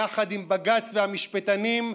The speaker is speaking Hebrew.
יחד עם בג"ץ והמשפטנים,